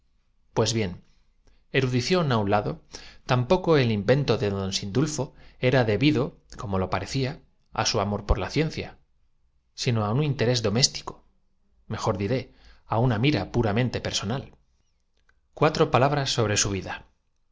pues bien erudición á un lado tampoco el invento madrid tomaron un cuar to común en las peninsulares de don sindulfo era debido como lo parecía á su amor y el día de la venta se trasladaron al gabinete del coleccionador benjamín lo por la ciencia sino á un interés doméstico mejor diré hubiera comprado todo á haber tenido á una mira puramente personal contuvo ante su dinero pero se cuatro palabras sobre su vida